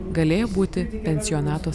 galėjo būti pensionato